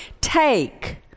take